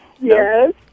Yes